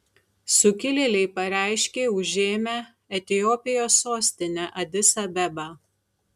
sukilėliai pareiškė užėmę etiopijos sostinę adis abebą